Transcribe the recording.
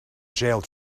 jailed